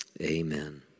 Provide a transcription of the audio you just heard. Amen